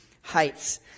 heights